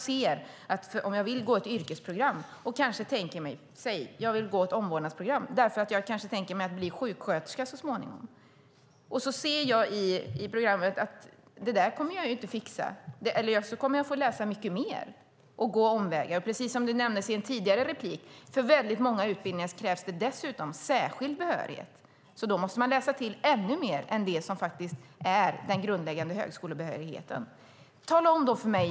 Men tänk om jag vill gå ett yrkesprogram, säg ett omvårdnadsprogram därför att jag så småningom kanske tänker mig att bli sjuksköterska, och ser i programmet att jag inte kommer att fixa det eller att jag kommer att få läsa mycket mer och gå omvägar. Som nämndes i en tidigare replik krävs för väldigt många utbildningar dessutom särskild behörighet. Då måste man läsa ännu mer än den grundläggande högskolebehörigheten kräver.